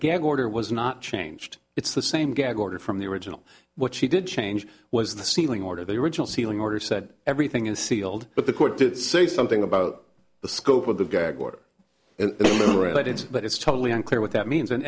gag order was not changed it's the same gag order from the original what she did change was the sealing order they originally sealing order said everything is sealed but the court did say something about the scope of the gag order related but it's totally unclear what that means and